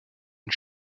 une